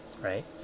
right